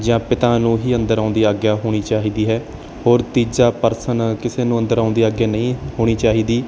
ਜਾਂ ਪਿਤਾ ਨੂੰ ਹੀ ਅੰਦਰ ਆਉਣ ਦੀ ਆਗਿਆ ਹੋਣੀ ਚਾਹੀਦੀ ਹੈ ਹੋਰ ਤੀਜਾ ਪਰਸਨ ਕਿਸੇ ਨੂੰ ਅੰਦਰ ਆਉਣ ਦੀ ਆਗਿਆ ਨਹੀਂ ਹੋਣੀ ਚਾਹੀਦੀ